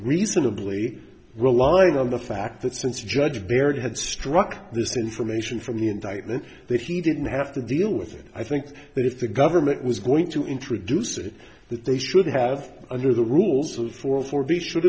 reasonably well lying on the fact that since judge perry had struck this information from the indictment that he didn't have to deal with it i think that if the government was going to introduce it that they should have under the rules of for for they should